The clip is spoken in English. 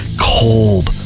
cold